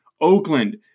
Oakland